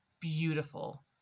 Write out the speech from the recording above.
beautiful